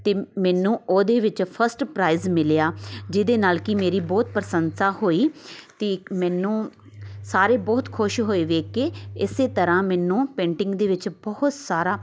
ਅਤੇ ਮੈਨੂੰ ਉਹਦੇ ਵਿੱਚ ਫਸਟ ਪ੍ਰਾਈਜ਼ ਮਿਲਿਆ ਜਿਹਦੇ ਨਾਲ ਕਿ ਮੇਰੀ ਬਹੁਤ ਪ੍ਰਸ਼ੰਸਾ ਹੋਈ ਅਤੇ ਮੈਨੂੰ ਸਾਰੇ ਬਹੁਤ ਖੁਸ਼ ਹੋਏ ਵੇਖ ਕੇ ਇਸ ਤਰ੍ਹਾਂ ਮੈਨੂੰ ਪੇਂਟਿੰਗ ਦੇ ਵਿੱਚ ਬਹੁਤ ਸਾਰਾ